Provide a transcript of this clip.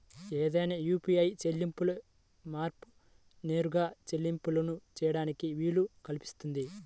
ఏదైనా యూ.పీ.ఐ చెల్లింపు యాప్కు నేరుగా చెల్లింపులు చేయడానికి వీలు కల్పిస్తుంది